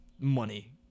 money